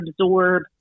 absorb